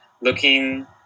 looking